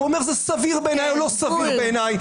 הוא אומר זה סביר בעיניי או לא סביר בעיניי,